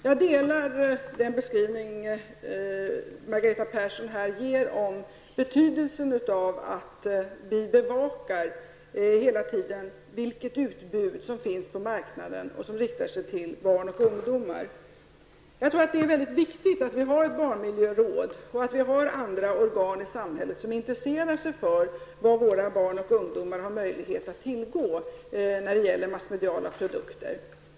Fru talman! Jag delar den beskrivning Margareta Persson här gör av betydelsen att vi hela tiden bevakar vilket utbud som finns på marknaden som riktar sig till barn och ungdomar. Det är mycket viktigt att det finns ett barnmiljöråd och att vi har andra organ i samhället som intresserar sig för vad våra barn och ungdomar har att tillgå när det gäller massmediala produkter.